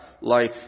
life